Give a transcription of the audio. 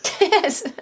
yes